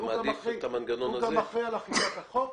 הוא אחראי על אכיפת החוק,